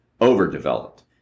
overdeveloped